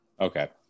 Okay